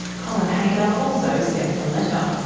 colin haggar also sent a letter.